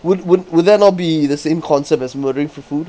would would would that not be the same concept as murdering for food